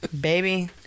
Baby